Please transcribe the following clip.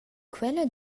quella